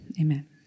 Amen